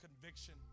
conviction